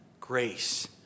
grace